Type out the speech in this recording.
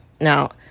now